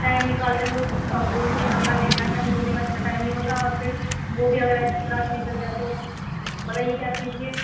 time نکال کے ہم لوگ گروسری کا سامان لینے آتے ہیں ہم لوگوں کے پاس اتنا ٹائم نہیں ہوتا ہے اور پھر وہ بھی اگر اِس طرح سے نکل جائے تو بتائیے کیا کیجیے